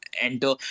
enter